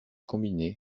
combinée